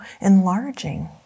enlarging